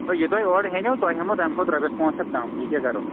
یہِ تۄہہِ اورٕ ہینو تۄہہِ ہٮ۪مو تَمہِ کھۄتہٕ رۄپیَس پٲنٛژھ ہَتھ کَم بیٚیہِ کیٛاہ کَرو